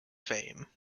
fame